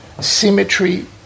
symmetry